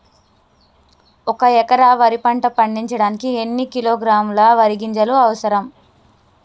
ఒక్క ఎకరా వరి పంట పండించడానికి ఎన్ని కిలోగ్రాముల వరి గింజలు అవసరం?